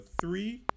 Three